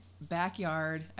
backyard